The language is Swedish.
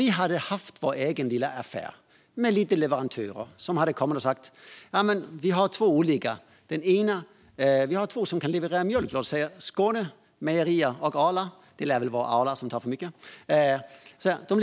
Tänk er att vi har en butik med två olika leverantörer av mjölk, till exempel Skånemejerier och Arla.